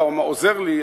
אתה עוזר לי,